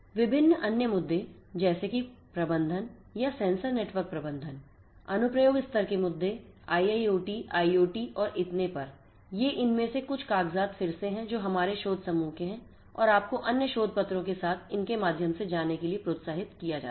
विभिन्न अन्य मुद्दे जैसे कि प्रबंधन या सेंसर नेटवर्क प्रबंधन अनुप्रयोग स्तर के मुद्दे IIoT IoT और इतने पर ये इनमें से कुछ कागजात फिर से हैं जो हमारे शोध समूह के हैं और आपको अन्य शोध पत्रों के साथ इनके माध्यम से जाने के लिए प्रोत्साहित किया जाता है